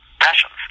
passions